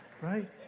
Right